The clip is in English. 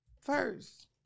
First